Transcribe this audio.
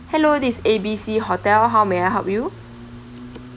hello this is A B C hotel how may I help you